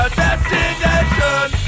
destination